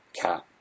cat